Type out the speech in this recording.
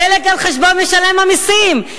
דלק על חשבון משלם המסים.